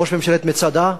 "ראש ממשלת מצדה",